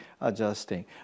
adjusting